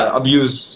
abuse